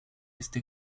este